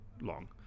long